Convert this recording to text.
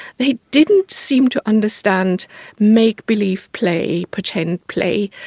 they didn't seem to understand make-believe play, pretend play.